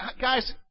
guys